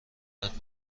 دولت